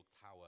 tower